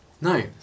No